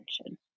attention